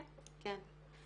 כן, כן.